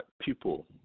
People